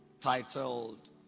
titled